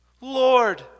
Lord